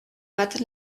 bat